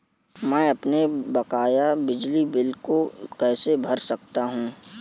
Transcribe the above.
मैं अपने बकाया बिजली बिल को कैसे भर सकता हूँ?